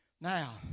Now